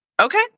Okay